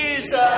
Jesus